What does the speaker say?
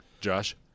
Josh